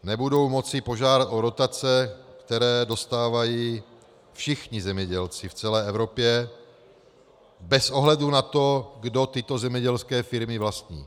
Nebudou moci požádat o dotace, které dostávají všichni zemědělci v celé Evropě bez ohledu na to, kdo tyto zemědělské firmy vlastní.